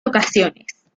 ocasiones